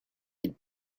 ils